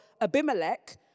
Abimelech